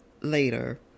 later